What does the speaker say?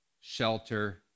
shelter